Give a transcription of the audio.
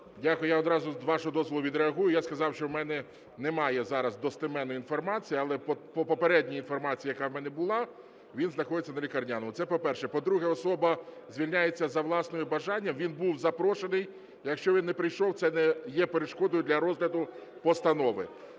Дякую. Я одразу, з вашого дозволу, відреагую. Я сказав, що в мене немає зараз достеменної інформації, але по попередній інформації, яка в мене була, він знаходиться на лікарняному. Це по-перше. По-друге, особа звільняється за власним бажанням. Він був запрошений. Якщо він не прийшов, це не є перешкодою для розгляду постанови.